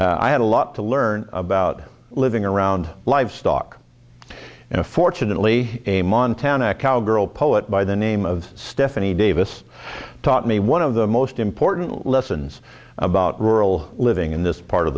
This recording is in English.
here i had a lot to learn about living around livestock and fortunately a montana cowgirl poet by the name of stephanie davis taught me one of the most important lessons about rural living in this part of